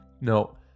No